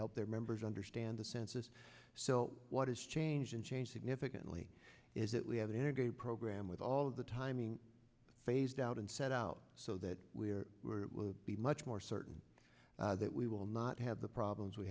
help their members understand the census so what has changed and changed significantly is that we have an integrated program with all of the timing phased out and set out so that we are will be much more certain that we will not have the problems we